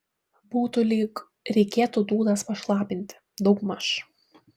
būtų lyg reikėtų dūdas pašlapinti daugmaž